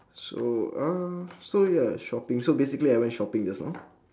so uh so ya shopping so basically I went shopping just now